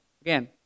Again